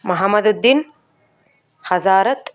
Mohammaduddin Hazarath